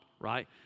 right